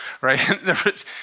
Right